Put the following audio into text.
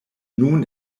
nun